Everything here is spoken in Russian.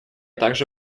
также